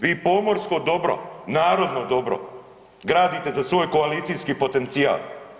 Vi pomorsko dobro, narodno dobro, gradite za svoj koalicijski potencijal.